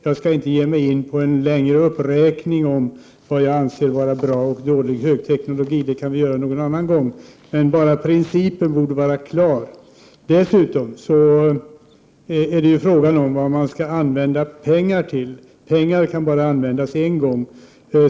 Jag skall inte ge mig in på någon längre uppräkning av vad jag anser vara bra och dålig högteknologi; det kan vi göra någon annan gång. Principen borde vara klar. Dessutom är det ju fråga om vad man skall använda pengar till. Pengar kan bara användas en gång.